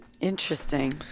interesting